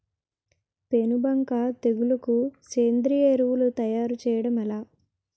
పేను బంక తెగులుకు సేంద్రీయ ఎరువు తయారు చేయడం ఎలా?